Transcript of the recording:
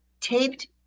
taped